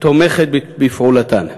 תומכת בפעולתן.